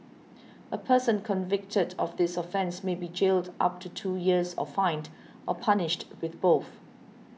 a person convicted of this offence may be jailed up to two years or fined or punished with both